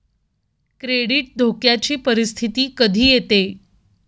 credit धोक्याची परिस्थिती कधी येते